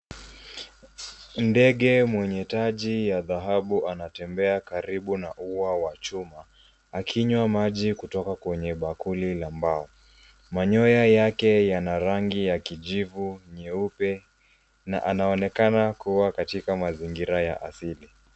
Ndege mwenye taji ya dhahabu anatembea karibu na ua wa chuma akinywa maji kutoka kwenye bakuli la mbao, manyoya yake yana rangi ya kijivu nyeupe na anaonekana kua katika mazingira ya asili.